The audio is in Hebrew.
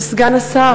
סגן השר,